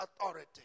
authority